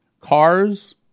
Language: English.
Cars